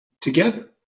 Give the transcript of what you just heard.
together